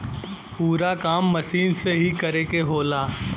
पूरा काम मसीन से ही करे के होला